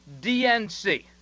DNC